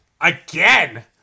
again